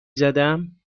زدم